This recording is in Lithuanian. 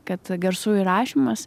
kad garsų įrašymas